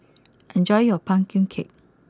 enjoy your Pumpkin Cake